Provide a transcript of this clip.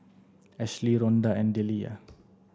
Ashlie Ronda and Dellia